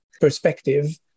perspective